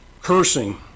cursing